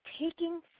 taking